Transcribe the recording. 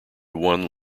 one